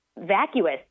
vacuous